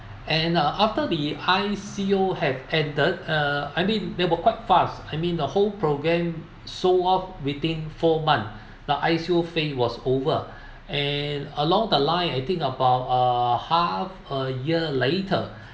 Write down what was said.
and uh after the high C_O have entered uh I mean they were quite fast I mean the whole program sold off within four month the I_C_O phase was over and along the line I think about uh half a year later